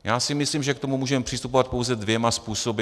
Já si myslím, že k tomu můžeme přistupovat pouze dvěma způsoby.